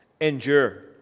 endure